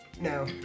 no